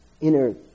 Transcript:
inner